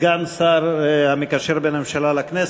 סגן שר המקשר בין הממשלה לכנסת,